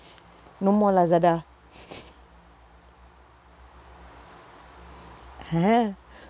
no more lazada